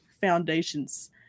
foundations